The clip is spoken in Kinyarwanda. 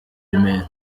remera